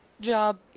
job